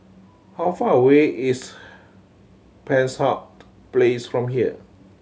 how far away is Penshurst Place from here